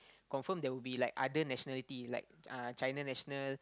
confirm there will be like other nationality like uh China national